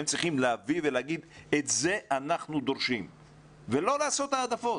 הם צריכים להביא ולומר את זה אנחנו דורשים ולא לעשות העדפות.